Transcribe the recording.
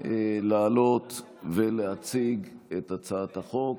לעלות ולהציג את הצעת החוק,